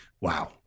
wow